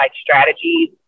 strategies